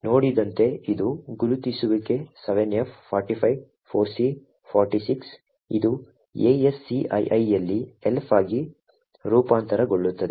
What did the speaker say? ನೋಡಿದಂತೆ ಇದು ಗುರುತಿಸುವಿಕೆ 7f 45 4c 46 ಇದು ASCII ಯಲ್ಲಿ elf ಆಗಿ ರೂಪಾಂತರಗೊಳ್ಳುತ್ತದೆ